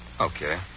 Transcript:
Okay